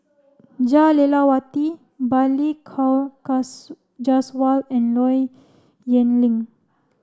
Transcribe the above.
Jah Lelawati Balli Kaur Jaswal and Low Yen Ling